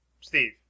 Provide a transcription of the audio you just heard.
Steve